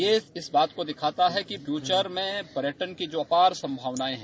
ये इस बात को दिखाता है कि फ्यूचर में पर्यटन की जो अपार संभावनाएं हैं